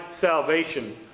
salvation